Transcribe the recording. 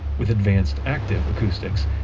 with advanced active acoustics,